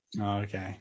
okay